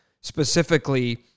specifically